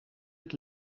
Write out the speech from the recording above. het